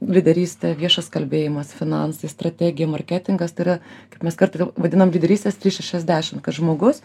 lyderystė viešas kalbėjimas finansai strategija marketingas tai yra kaip mes kartai vėl vadinam lyderystės trys šešiasdešim kad žmogus